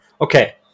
Okay